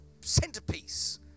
centerpiece